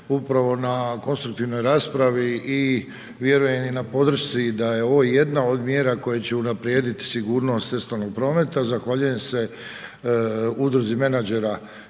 upravo na konstruktivnoj raspravi i vjerujem i na podršci da je ovo jedna od mjera koje će unaprijediti sigurnost cestovnog prometa. Zahvaljujem se Udruzi menadžera